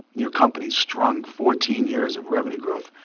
your company's strong. fourteen years of revenue growth,